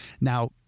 Now